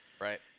Right